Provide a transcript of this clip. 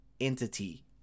entity